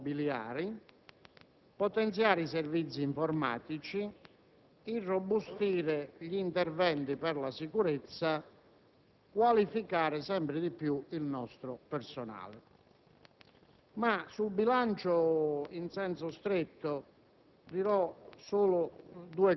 completare i progetti avviati, arricchire le strutture immobiliari, potenziare i servizi informatici, irrobustire gli interventi per la sicurezza, qualificare sempre di più il nostro personale.